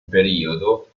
periodo